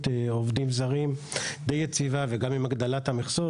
עובדים זרים די יציבה וגם עם הגדלת המכסות,